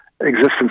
existence